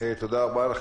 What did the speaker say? תודה רבה לך,